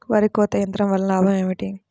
వరి కోత యంత్రం వలన లాభం ఏమిటి?